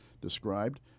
described